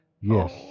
Yes